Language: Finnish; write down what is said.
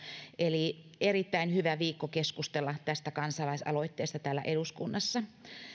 eli on erittäin hyvä viikko keskustella tästä kansalaisaloitteesta täällä eduskunnassa